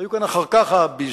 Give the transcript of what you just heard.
היו כאן אחר כך הביזנטים